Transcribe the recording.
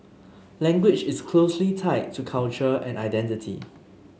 language is closely tied to culture and identity